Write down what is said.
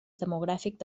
demogràfic